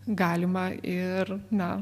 galima ir na